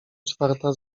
czwarta